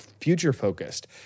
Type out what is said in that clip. future-focused